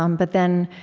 um but then,